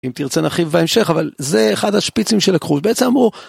אם תרצה נרחיב בהמשך אבל זה אחד השפיצים שלקחו בעצם אמרו.